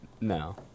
No